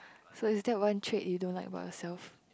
so is that one trait you don't like about yourself